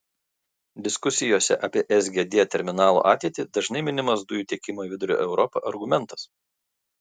diskusijose apie sgd terminalo ateitį dažnai minimas dujų tiekimo į vidurio europą argumentas